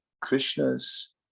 Krishna's